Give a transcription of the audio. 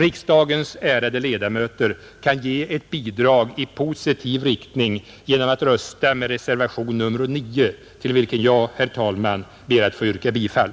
Riksdagens ärade ledamöter kan ge ett bidrag i positiv riktning genom att rösta med reservationen 9, till vilken jag ber att få yrka bifall.